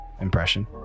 impression